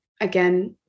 again